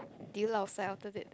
did you laosai after that